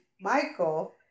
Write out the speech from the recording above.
michael